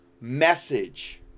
message